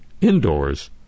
indoors